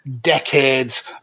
decades